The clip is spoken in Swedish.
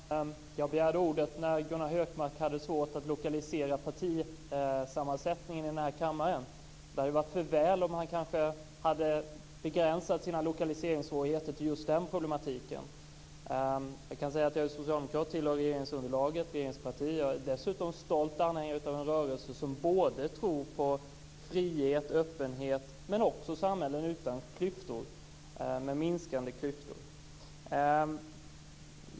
Fru talman! Jag begärde ordet när Gunnar Hökmark hade svårt att lokalisera partisammansättningen här i kammaren. Det hade varit bättre om han hade begränsat sina lokaliseringssvårigheter till just den problematiken. Jag är socialdemokrat och tillhör regeringspartiet. Jag är dessutom stolt anhängare av en rörelse som tror på frihet, öppenhet och samhällen utan klyftor.